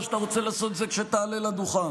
או שאתה רוצה לעשות זה כשתעלה לדוכן?